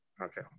Okay